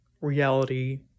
reality